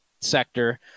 sector